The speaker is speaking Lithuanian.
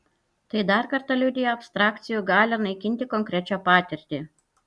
tai dar kartą liudija abstrakcijų galią naikinti konkrečią patirtį